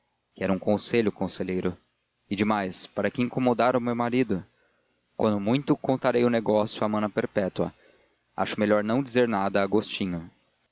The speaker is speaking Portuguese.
quero um conselho conselheiro e demais para que incomodar a meu marido quando muito contarei o negócio a mana perpétua acho melhor não dizer nada a agostinho